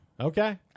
Okay